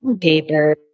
paper